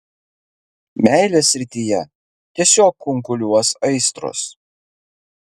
meilės srityje tiesiog kunkuliuos aistros